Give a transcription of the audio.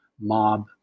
mob